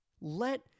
Let